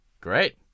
Great